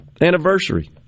anniversary